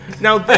Now